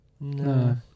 No